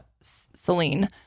Celine